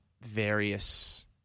various